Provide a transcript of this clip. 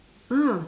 ah